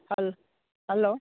hello